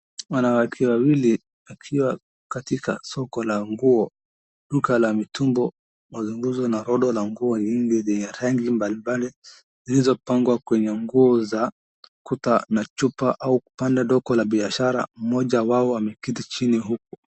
Wanawake wawili wakiwa katika soko la nguo duka la mitumba. Mazunguzo hodo la nguo lilo rangi mbalimbali zilizopangwa kwenye nguo za kuta na chupa au kupanga duka la biashara mmoja wao ameketi chini huku.